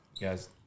Guys